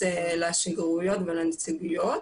לשגרירויות ולנציגויות,